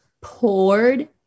poured